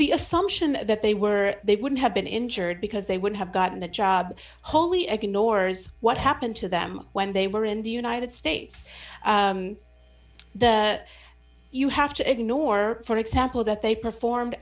the assumption that they were they wouldn't have been injured because they would have gotten the job wholly ignores what happened to them when they were in the united states the you have to ignore for example that they performed